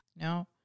no